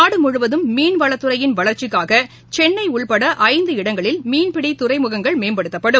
நாடு முழுவதும் மீன்வளத்துறையின் வளர்ச்சிக்காக சென்னை உட்பட ஐந்து இடங்களில் மீன்பிடி துறைமுகங்கள் மேம்படுத்தப்படும்